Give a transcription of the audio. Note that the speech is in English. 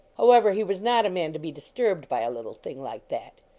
however, he was not a man to be disturbed by a little thing like that.